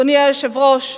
אדוני היושב-ראש,